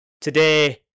Today